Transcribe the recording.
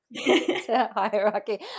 hierarchy